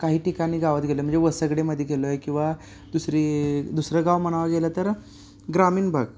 काही ठिकाणी गावात गेलं म्हणजे वसगडेमध्ये गेलो आहे किंवा दुसरी दुसरं गाव म्हणावा गेलं तर ग्रामीण भाग